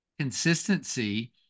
consistency